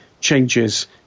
changes